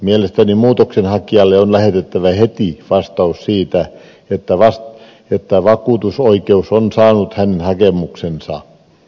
mielestäni muutoksenhakijalle on lähetettävä heti vastaus siitä että vakuutusoikeus on saanut hänen hakemuksensa